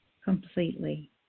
completely